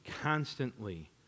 constantly